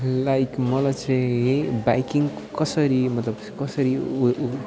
like मलाई चाहिँ यही बाइकिङ कसरी मतलब कसरी उ